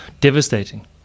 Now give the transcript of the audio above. devastating